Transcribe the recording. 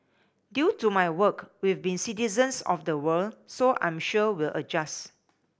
due to my work we've been citizens of the world so I'm sure we'll adjust